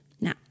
Now